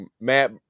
Matt